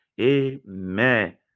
amen